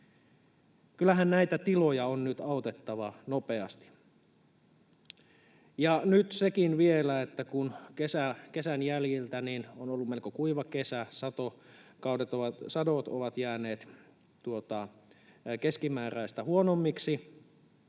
Kyllähän näitä tiloja on nyt autettava nopeasti. Ja nyt sekin vielä, että kesän jäljiltä — on ollut melko kuiva kesä, sadot ovat jääneet keskimääräistä huonommiksi